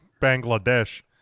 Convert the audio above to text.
Bangladesh